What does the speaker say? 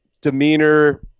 demeanor